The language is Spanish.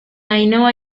ainhoa